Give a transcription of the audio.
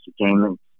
Entertainment